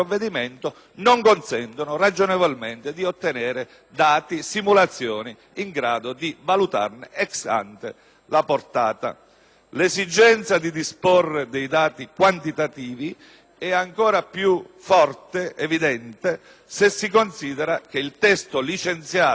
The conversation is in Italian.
dati e simulazioni in grado di valutarne *ex ante* la portata. L'esigenza di disporre dei dati quantitativi è ancora più forte ed evidente se si considera che il testo approvato dalle Commissioni riunite 1a,